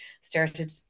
started